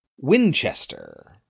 Winchester